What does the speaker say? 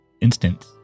instance